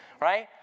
Right